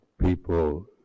people